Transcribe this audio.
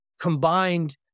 combined